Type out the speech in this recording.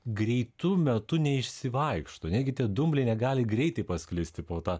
greitu metu neišsivaikšto negi tie dumbliai negali greitai pasklisti po tą